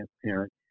transparent